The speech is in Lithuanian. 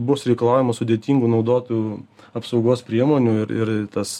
bus reikalaujama sudėtingų naudotojų apsaugos priemonių ir ir tas